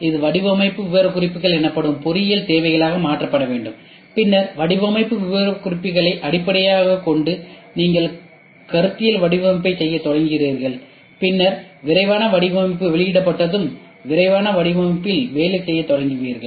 இது வடிவமைப்பு விவரக்குறிப்புகள் எனப்படும் பொறியியல் தேவைகளாக மாற்ற வேண்டும் பின்னர் வடிவமைப்பு விவரக்குறிப்புகளை அடிப்படையாகக் கொண்டு நீங்கள் கருத்தியல் வடிவமைப்பைச் செய்யத் தொடங்குகிறீர்கள் பின்னர் விரிவான வடிவமைப்பு வெளியிடப்பட்டதும் விரிவான வடிவமைப்பில் வேலை செய்யத் தொடங்குவீர்கள்